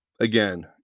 Again